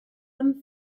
some